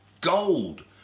Gold